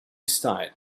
style